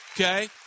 Okay